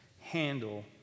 handle